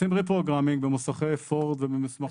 עושים Reprogramming במוסכי פורד, הכל בחוק.